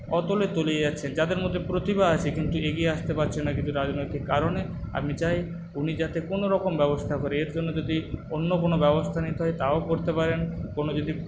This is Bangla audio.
অতলে তলিয়ে যাচ্ছে যাদের মধ্যে প্রতিভা আছে কিন্তু এগিয়ে আসতে পারছে না কিছু রাজনৈতিক কারণে আমি চাই উনি যাতে কোনোরকম ব্যবস্থা করে এর জন্য যদি অন্য কোন ব্যবস্থা নিতে হয় তাও করতে পারেন কোন যদি